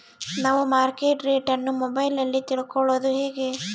ನಾವು market rate ಅನ್ನು ಮೊಬೈಲಲ್ಲಿ ತಿಳ್ಕಳೋದು ಹೇಗೆ?